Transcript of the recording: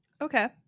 Okay